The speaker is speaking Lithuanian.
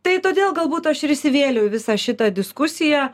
tai todėl galbūt aš ir įsivėliau į visą šitą diskusiją